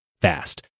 fast